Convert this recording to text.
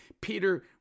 Peter